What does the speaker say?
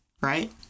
right